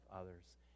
others